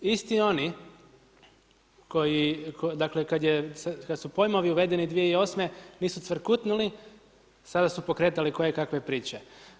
Isti oni koji, dakle, kad su pojmovi uvedeni 2008. nisu cvrkutnuli, sada su pokretali kojekave priče.